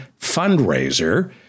fundraiser